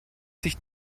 sich